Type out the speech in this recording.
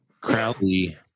Crowley